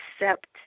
accept